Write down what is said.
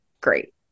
great